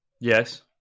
yes